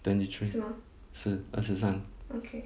twenty three 对二十三